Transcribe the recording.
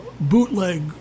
bootleg